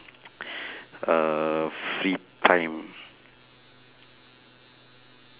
err free time